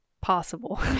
possible